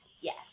Yes